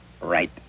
Right